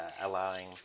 allowing